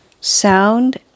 Sound